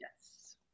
Yes